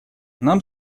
нам